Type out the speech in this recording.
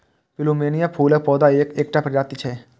plumeria फूलक पौधा के एकटा प्रजाति छियै